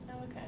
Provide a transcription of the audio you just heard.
Okay